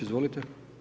Izvolite.